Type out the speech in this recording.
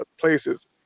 places